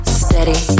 steady